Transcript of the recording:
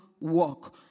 work